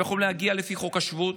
הם יכלו להגיע לפי חוק השבות,